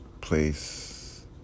place